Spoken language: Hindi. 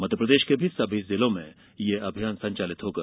मध्यप्रदेष के भी सभी जिलों में यह अभियान संचालित होगा